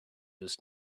does